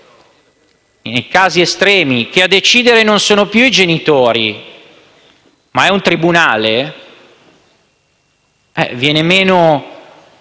nei casi estremi, che a decidere non sono più i genitori, ma il tribunale, vengono